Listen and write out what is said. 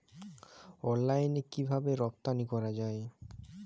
অনলাইনে কিভাবে রপ্তানি করা যায়?